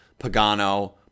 Pagano